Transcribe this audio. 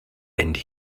and